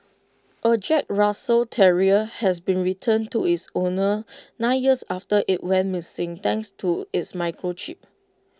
A Jack Russell terrier has been returned to its owners nine years after IT went missing thanks to its microchip